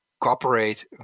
cooperate